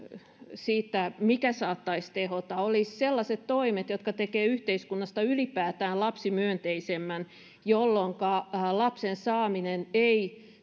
siitä mikä saattaisi tehota on että olisi sellaiset toimet jotka tekevät yhteiskunnasta ylipäätään lapsimyönteisemmän jolloinka lapsen saaminen ei